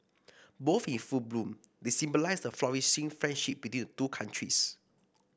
both in full bloom they symbolise the flourishing friendship between the two countries